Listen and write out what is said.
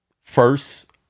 first